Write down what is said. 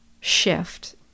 shift